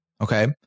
Okay